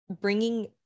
bringing